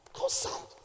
Outside